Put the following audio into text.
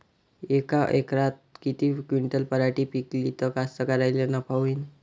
यका एकरात किती क्विंटल पराटी पिकली त कास्तकाराइले नफा होईन?